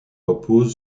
repose